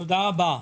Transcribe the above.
תודה רבה.